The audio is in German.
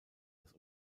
das